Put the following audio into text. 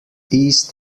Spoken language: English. east